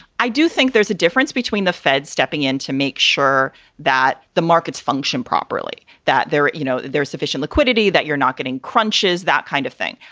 i do. think there's a difference between the feds stepping in to make sure that the markets function properly, that there, you know, there's sufficient liquidity, that you're not getting crunchies, that kind of thing.